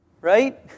Right